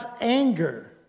anger